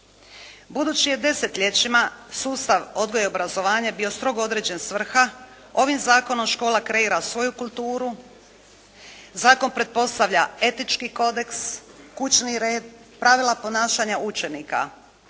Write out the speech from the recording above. Budući je desetljećima sustav odgoja i obrazovanje bio strogo određena svrha, ovim zakonom škola kreira svoju kulturu, zakon pretpostavlja etički kodeks, kućni red, pravila ponašanja učenika,